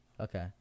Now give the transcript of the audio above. Okay